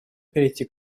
перейти